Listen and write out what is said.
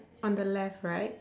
on the left right